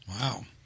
Wow